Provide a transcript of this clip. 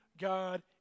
God